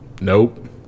Nope